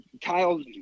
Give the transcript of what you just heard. Kyle